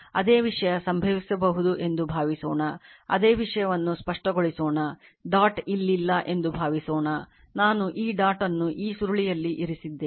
ಅದೇ ವಿಷಯ ಸಂಭವಿಸಬಹುದು ಎಂದು ಭಾವಿಸೋಣ ಅದೇ ವಿಷಯವನ್ನು ಸ್ಪಷ್ಟಗೊಳಿಸೋಣ ಡಾಟ್ ಇಲ್ಲಿಲ್ಲ ಎಂದು ಭಾವಿಸೋಣ ನಾನು ಈ ಡಾಟ್ ಅನ್ನು ಈ ಸುರುಳಿಯಲ್ಲಿ ಇರಿಸಿದ್ದೇನೆ